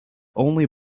only